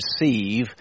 receive